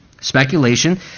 speculation